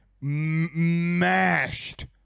mashed